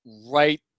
right